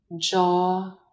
jaw